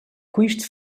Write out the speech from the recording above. quists